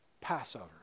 Passover